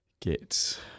get